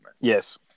Yes